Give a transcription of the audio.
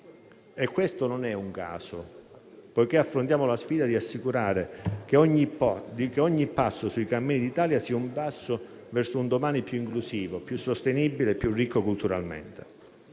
Questo non è un caso, poiché affrontiamo la sfida di assicurare che ogni passo sui cammini d'Italia sia un passo verso un domani più inclusivo, più sostenibile e più ricco culturalmente.